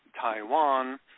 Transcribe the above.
Taiwan